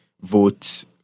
vote